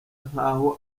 nkaho